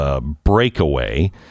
breakaway